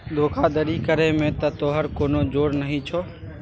धोखाधड़ी करय मे त तोहर कोनो जोर नहि छौ